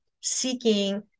seeking